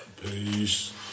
Peace